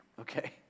okay